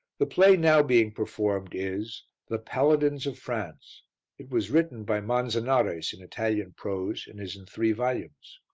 the play now being performed is the paladins of france it was written by manzanares in italian prose and is in three volumes.